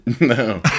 No